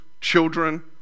children